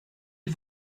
ils